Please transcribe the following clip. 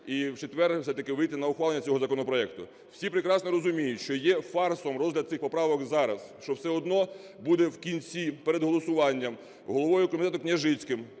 і в четвер все-таки вийти на ухвалення цього законопроекту. Всі прекрасно розуміють, що є фарсом розгляд цих поправок зараз, що все одно буде в кінці перед голосуванням головою комітету Княжицьким